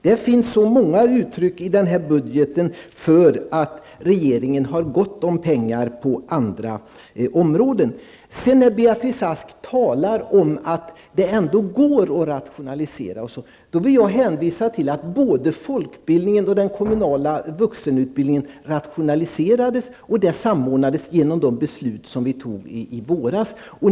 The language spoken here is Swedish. Det finns så många uttryck i denna budget för att regeringen har gott om pengar på andra områden. När Beatrice Ask talar om att det ändå går att rationalisera, vill jag hänvisa till att både folkbildningen och den kommunala vuxenutbildningen rationaliserades och samordnades genom de beslut som vi fattade i våras.